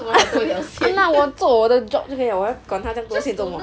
ah 那我做我的 job 就可以 liao 我要管他的线做什么